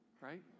right